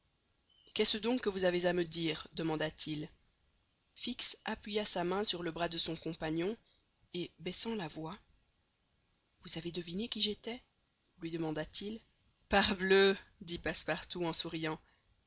qu'est-ce donc que vous avez à me dire demanda-t-il fix appuya sa main sur le bras de son compagnon et baissant la voix vous avez deviné qui j'étais lui demanda-t-il parbleu dit passepartout en souriant